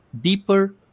deeper